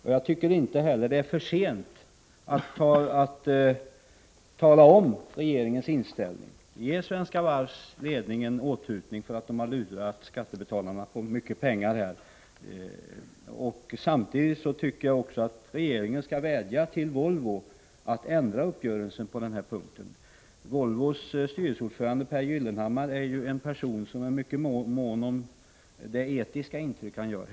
Och jag tycker inte det är för sent att redovisa regeringens inställning. Ge Svenska Varvs ledning en åthutning för att den här har lurat skattebetalarna på mycket pengar! Samtidigt tycker jag att regeringen skall vädja till Volvo att ändra uppgörelsen på denna punkt. Volvos styrelseordförande Pehr Gyllenhammar är ju en person som är mycket mån om det etiska intryck han gör.